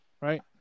right